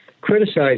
criticized